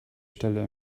stelle